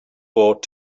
bought